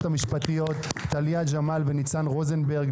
המשפטיות טליה ג'מאל וניצן רוזנברג,